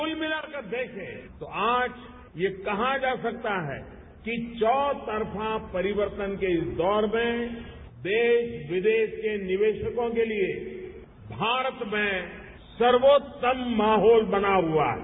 कुल मिलाकर देखें तो आज ये कहा जा सकता है कि चौतरफा परिवर्तन के इस दौर में देश विदेश के निवेशकों के लिए भारत में सर्वोत्तम माहौल बना हुआ है